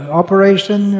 operation